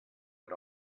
but